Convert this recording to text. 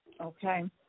Okay